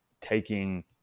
taking